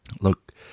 Look